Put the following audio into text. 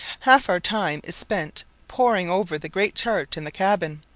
half our time is spent poring over the great chart in the cabin,